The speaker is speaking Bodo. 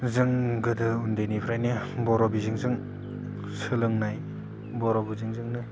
जों गोदो उन्दैनिफ्रायनो बर' बिजोंजों सोलोंनाय बर' बिजोंजोंनो